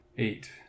eight